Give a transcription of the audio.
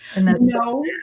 No